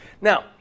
Now